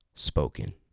Spoken